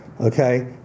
Okay